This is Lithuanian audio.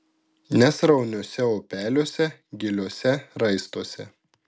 nesrauniuose upeliuose giliuose raistuose